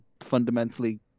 fundamentally